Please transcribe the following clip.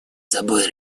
собой